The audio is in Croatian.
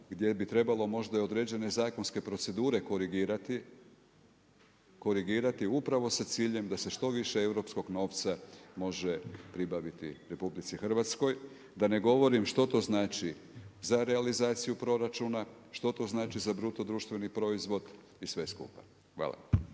gdje bi trebalo možda i određene zakonske procedure korigirati, korigirati upravo sa ciljem da se što više europskog novca može pribaviti RH, da ne govorim što to znači za realizaciju proračuna, što to znači za BDP i sve skupa. Hvala.